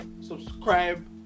subscribe